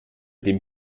dem